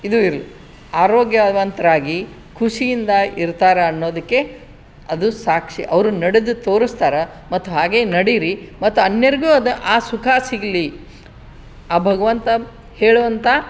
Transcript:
ಇದು ಇರಲಿ ಆರೋಗ್ಯವಂತರಾಗಿ ಖುಷಿಯಿಂದ ಇರ್ತಾರೆ ಅನ್ನೋದಕ್ಕೆ ಅದು ಸಾಕ್ಷಿ ಅವರು ನಡೆದು ತೋರಿಸ್ತಾರೆ ಮತ್ತು ಹಾಗೇ ನಡೀರಿ ಮತ್ತು ಅನ್ಯರಿಗೂ ಅದು ಆ ಸುಖ ಸಿಗಲಿ ಆ ಭಗವಂತ ಹೇಳುವಂಥ